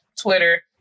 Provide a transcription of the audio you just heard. Twitter